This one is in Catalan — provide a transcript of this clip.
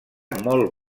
molt